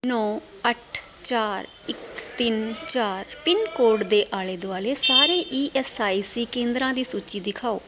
ਨੌ ਅੱਠ ਚਾਰ ਇੱਕ ਤਿੰਨ ਚਾਰ ਪਿੰਨਕੋਡ ਦੇ ਆਲੇ ਦੁਆਲੇ ਸਾਰੇ ਈ ਐੱਸ ਆਈ ਸੀ ਕੇਂਦਰਾਂ ਦੀ ਸੂਚੀ ਦਿਖਾਓ